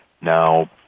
Now